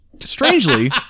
strangely